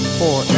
four